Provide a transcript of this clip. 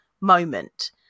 moment